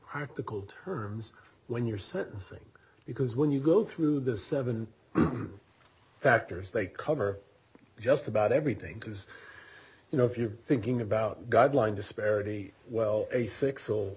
practical terms when you're sentencing because when you go through the seven factors they cover just about everything because you know if you're thinking about god lying disparity well a si